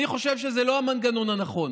אני חושב שזה לא המנגנון הנכון,